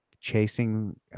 chasing